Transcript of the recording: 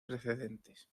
precedentes